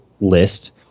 list